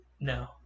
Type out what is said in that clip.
No